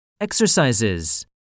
Exercises